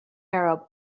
arab